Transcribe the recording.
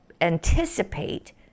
anticipate